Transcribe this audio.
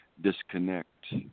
disconnect